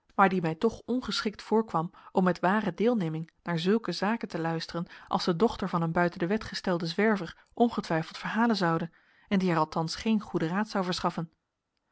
maar die mij toch ongeschikt voorkwam om met ware deelneming naar zulke zaken te luisteren als de dochter van een buiten de wet gestelden zwerver ongetwijfeld verhalen zoude en die haar althans geen goeden raad zou verschaffen